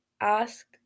ask